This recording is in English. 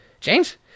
James